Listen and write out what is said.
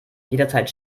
jederzeit